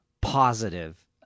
positive